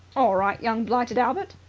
all right, young blighted albert,